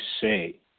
say